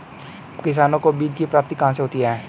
किसानों को बीज की प्राप्ति कहाँ से होती है?